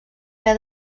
ple